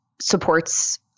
supports